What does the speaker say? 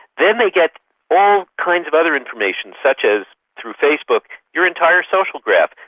then they get all kinds of other information such as, through facebook, your entire social graph,